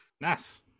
Nice